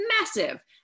massive